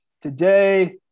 today